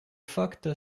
факто